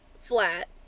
Flat